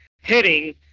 hitting